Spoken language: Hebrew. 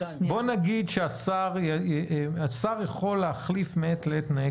בוא נגיד שהשר יכול להחליף מעת לעת תנאי